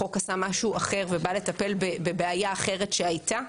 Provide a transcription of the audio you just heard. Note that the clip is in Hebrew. החוק עשה משהו אחר ובא לטפל בבעיה אחרת שהייתה,